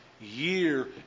year